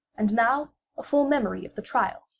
and now a full memory of the trial,